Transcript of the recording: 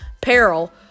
peril